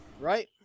right